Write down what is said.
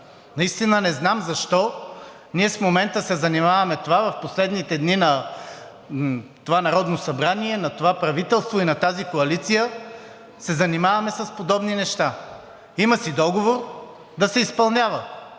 Наистина не знам защо ние в момента се занимаваме с това? В последните дни на това Народно събрание, на това правителство и на тази коалиция се занимаваме с подобни неща. Има си договор – да се изпълнява.